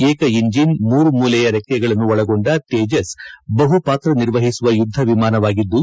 ಏಕ ಎಂಜಿನ್ ಮೂರು ಮೂಲೆಯ ರೆಕ್ಕೆಗಳನ್ನು ಒಳಗೊಂಡ ತೇಜಸ್ ಬಹು ಪಾತ್ರ ನಿರ್ವಹಿಸುವ ಯುದ್ಧ ವಿಮಾನವಾಗಿದ್ದು